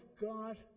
God